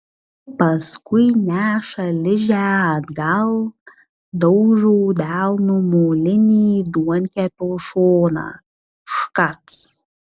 paskui neša ližę atgal daužo delnu molinį duonkepio šoną škac